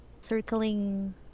circling